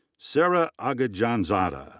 sara aghajanzadeh.